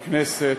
הכנסת,